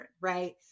right